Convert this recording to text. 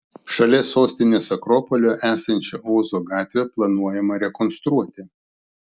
šalia sostinės akropolio esančią ozo gatvę planuojama rekonstruoti